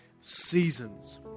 seasons